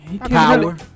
Power